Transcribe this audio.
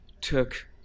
took